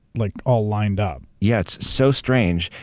like, all lined up. yeah it's so strange.